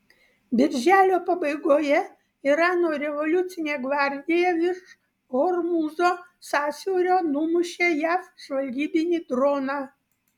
birželio pabaigoje irano revoliucinė gvardija virš hormūzo sąsiaurio numušė jav žvalgybinį droną